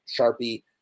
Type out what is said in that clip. Sharpie